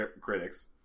critics